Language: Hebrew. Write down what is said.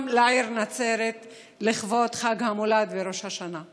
לעיר נצרת לכבוד חג המולד וראש השנה.